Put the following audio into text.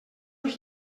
els